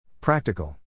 Practical